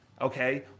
okay